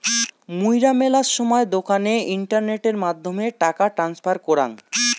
মুইরা মেলা সময় দোকানে ইন্টারনেটের মাধ্যমে টাকা ট্রান্সফার করাং